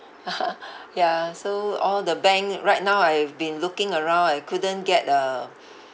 ya so all the bank right now I've been looking around I couldn't get a